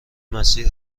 مسیر